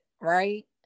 right